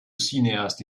cinéaste